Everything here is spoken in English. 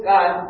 God